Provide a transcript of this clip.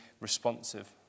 responsive